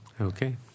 Okay